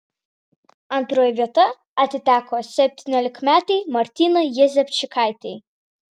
antroji vieta atiteko septyniolikmetei martynai jezepčikaitei